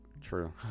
True